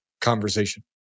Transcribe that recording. conversation